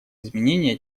изменения